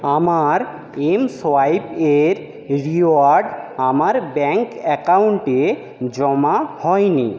আমার এমসোয়াইপ এর রিওয়ার্ড আমার ব্যাঙ্ক অ্যাকাউন্টে জমা হয়নি